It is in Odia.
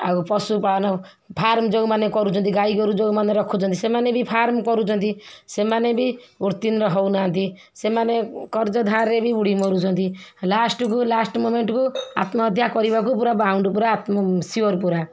ଆଉ ପଶୁପାଳନ ଫାର୍ମ ଯୋଉମାନେ କରୁଛନ୍ତି ଗାଈଗୋରୁ ଯୋଉମାନେ ରଖୁଛନ୍ତି ସେମାନେ ବି ଫାର୍ମ କରୁଛନ୍ତି ସେମାନେ ବି ଉର୍ତ୍ତୀର୍ଣ୍ଣ ହେଉନାହାନ୍ତି ସେମାନେ କର୍ଯଧାର୍ରେ ବି ବୁଡ଼ି ମରୁଛନ୍ତି ଲାଷ୍ଟ୍କୁ ଲାଷ୍ଟ୍ ମୋମେଣ୍ଟ୍କୁ ଆତ୍ମହତ୍ୟା କରିବାକୁ ପୁରା ବାଉଣ୍ଡ୍ ପୁରା ସିଓର୍ ପୁରା